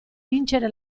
vincere